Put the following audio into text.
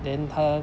then 他